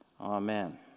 Amen